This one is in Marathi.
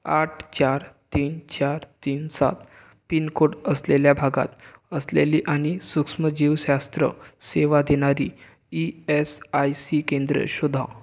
आठ चार तीन चार तीन सात पिन कोड असलेल्या भागात असलेली आणि सूक्ष्मजीवशास्त्र सेवा देणारी ई एस आय सी केंद्रं शोधा